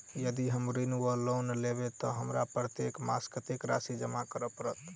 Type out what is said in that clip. यदि हम ऋण वा लोन लेबै तऽ हमरा प्रत्येक मास कत्तेक राशि जमा करऽ पड़त?